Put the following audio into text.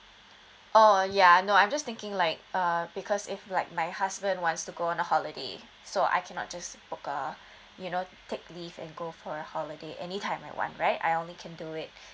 oh ya no I'm just thinking like uh because if like my husband wants to go on a holiday so I cannot just book uh you know take leave and go for a holiday any time I want right I only can do it